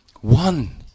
One